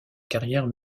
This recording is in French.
carrière